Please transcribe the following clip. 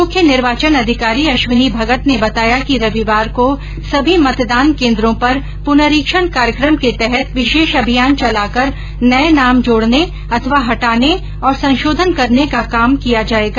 मुख्य निर्वाचन अधिकारी अश्विनी भगत ने बताया कि रविवार को सभी मतदान केन्द्रों पर पुनरीक्षण कार्यक्रम के तहत विशेष अभियान चलाकर नये नाम जोड़ने अथवा हटाने और संशोधन करने का काम किया जाएगा